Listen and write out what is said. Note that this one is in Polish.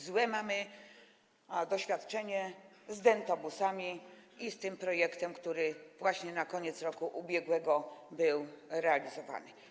Złe mamy doświadczenie z dentobusami i z tym projektem, który właśnie na koniec roku ubiegłego był realizowany.